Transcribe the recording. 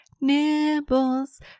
nibbles